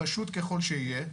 פשוט ככל שיהיה,